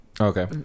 Okay